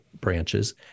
branches